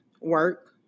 Work